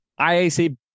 IAC